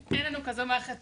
אין לנו כזו מערכת